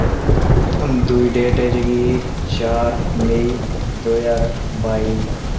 दुई डेट ऐ जेह्की चार मई दो ज्हार बाई